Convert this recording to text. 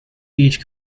each